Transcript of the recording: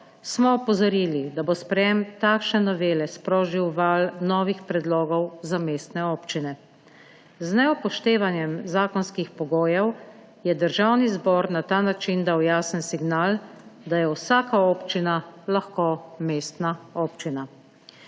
smo opozorili, da bo sprejetje takšne novele sprožilo val novih predlogov za mestne občine. Z neupoštevanjem zakonskih pogojev je Državni zbor na ta način dal jasen signal, da je vsaka občina lahko mestna občina.